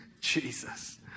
Jesus